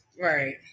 right